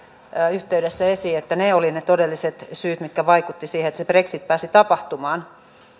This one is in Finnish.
yhteydessä esiin että ne olivat ne todelliset syyt mitkä vaikuttivat siihen että se brexit pääsi tapahtumaan